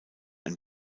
ein